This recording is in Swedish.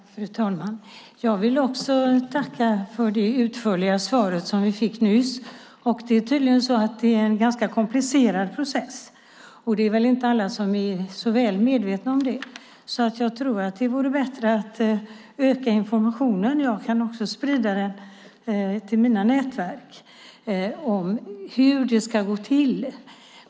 Fru talman! Jag vill också tacka för det utförliga svar vi fick nyss. Det är tydligen så att det är en ganska komplicerad process, och det är inte alla som är särskilt medvetna om det. Jag tror därför att det vore bättre att öka informationen - jag kan också sprida den till mina nätverk - om hur det ska gå till.